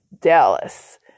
Dallas